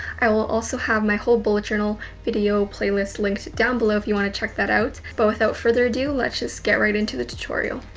i will also have my whole bullet journal video playlist links down below if you wanna check that out. but without further ado, let's just get right into the tutorial.